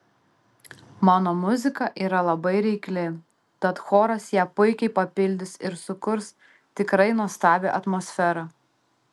mano muzika yra labai reikli tad choras ją puikiai papildys ir sukurs tikrai nuostabią atmosferą